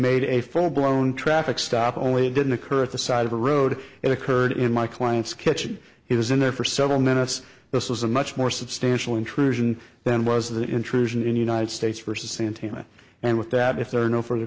made a full blown traffic stop only didn't occur at the side of a road it occurred in my client's kitchen he was in there for several minutes this is a much more substantial intrusion then was the intrusion in united states versus santana and with that if there are no furthe